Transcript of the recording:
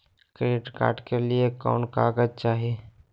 Credit card के लिए कौन कागज चाही?